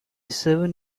seven